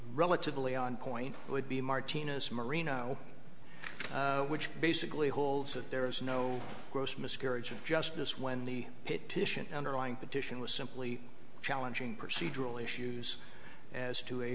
relatively on point would be martina's merino which basically holds that there is no gross miscarriage of justice when the hit titian underlying petition was simply challenging procedural issues as to a